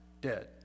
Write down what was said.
dead